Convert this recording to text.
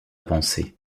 penser